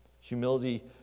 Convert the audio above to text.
Humility